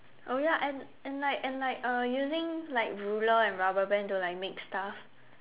oh ya and and like and like uh using like ruler and rubber band to make stuff